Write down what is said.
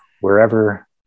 wherever